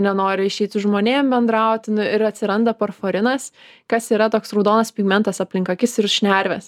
nenori išeit su žmonėm bendrauti nu ir atsiranda parforinas kas yra toks raudonas pigmentas aplink akis ir šnerves